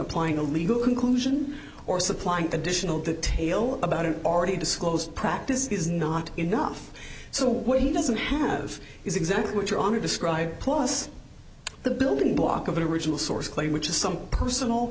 applying a legal conclusion or supplying additional detail about an already disclosed practice is not enough so what he doesn't have is exactly what you're on to describe plus the building block of it original source claim which is some personal